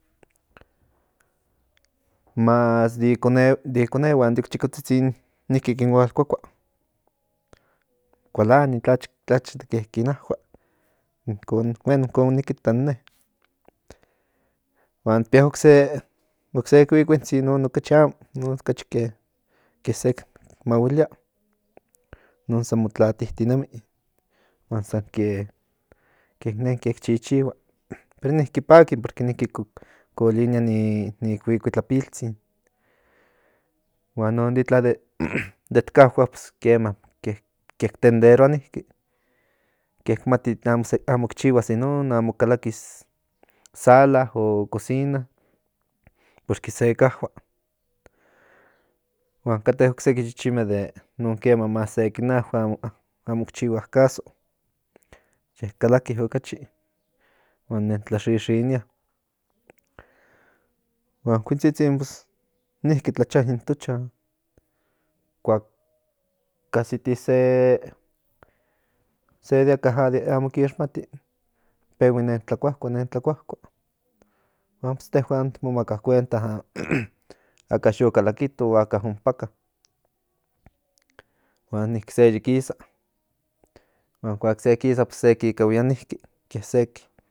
Mas de ikonehuan de ok chokotzitzin kin hual kuakua kualania tlacha ke kin ajua inkon bueno inkon nik ita in ne huan tik pia ocse kuikuintzin innon okachi amo inon ke sek mahuilia inon san montlatitinemi huan san ke nenke ki chichihua pero niki paki porque niki kolinia ni kuikuitlapiltzin huan innon itla det kahua kema que tenderoa niki le ki mati amo ki chihuas in non amo kalakis sala o cocina porque se kahua huan kate ocseki chichinme de inon kiema más se kin ajua amo ki chihua caso ye kalakis okachi huan nen tlaxixinia huan in kuintzitzin pues niki tlacha in tochan kuak asiti se de maka kix mati pehui nen tlakuakua nen tlakuakua huan yehuan ti mo maka kuenta aka yo kalakito o aka ompaka huan niki se yi kisa huan kuak se kisa se kikahuia niki ke sek